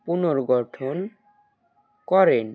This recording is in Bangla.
পুনরগঠন করেন